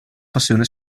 passione